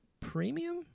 Premium